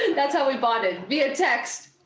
that's how we bonded, via text.